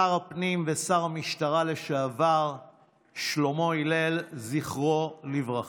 שר הפנים ושר המשטרה לשעבר שלמה הלל, זכרו לברכה.